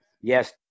Yes